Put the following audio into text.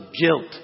guilt